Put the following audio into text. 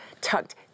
tucked